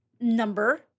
number